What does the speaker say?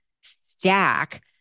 stack